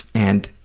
and